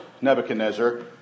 Nebuchadnezzar